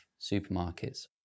supermarkets